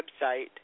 website